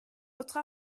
votre